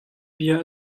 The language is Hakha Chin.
bia